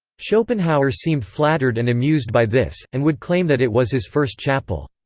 schopenhauer seemed flattered and amused by this, and would claim that it was his first chapel.